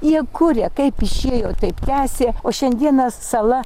jie kuria kaip išėjo taip tęsė o šiandieną sala